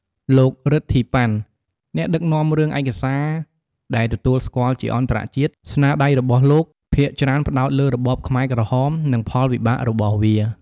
លោក រិទ្ធី ប៉ាន់ អ្នកដឹកនាំរឿងឯកសារដែលទទួលស្គាល់ជាអន្តរជាតិ ស្នាដៃរបស់លោកភាគច្រើនផ្តោតលើរបបខ្មែរក្រហម និងផលវិបាករបស់វា។